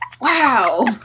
wow